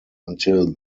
until